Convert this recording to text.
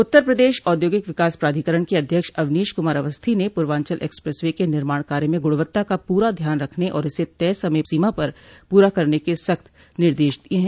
उत्तर प्रदेश औद्योगिक विकास प्राधिकरण के अध्यक्ष अवनीश कुमार अवस्थी ने पूर्वांचल एक्सप्रेस वे के निर्माण कार्य में गुणवत्ता का पूरा ध्यान रखने और इसे तय समय सीमा पर पूरा करने के सख्त निर्देश दिये हैं